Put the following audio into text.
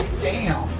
damn.